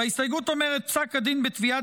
וההסתייגות אומרת: פסק הדין בתביעת